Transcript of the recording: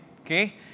okay